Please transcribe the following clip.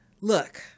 look